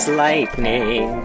lightning